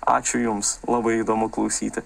ačiū jums labai įdomu klausyti